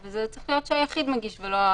מכניסים חברות פנימה ואתן לא תוציאו אותן